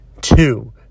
two